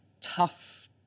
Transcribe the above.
tough